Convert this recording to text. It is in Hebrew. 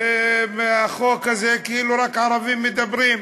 שבחוק הזה כאילו רק ערבים מדברים.